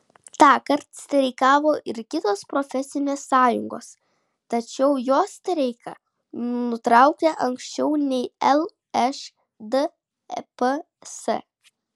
tąkart streikavo ir kitos profesinės sąjungos tačiau jos streiką nutraukė anksčiau nei lšdps